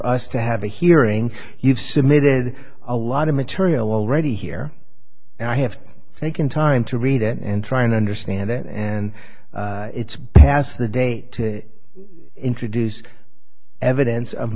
us to have a hearing you've submitted a lot of material already here and i have taken time to read it and try and understand it and its bass the day to introduce evidence of